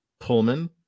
Pullman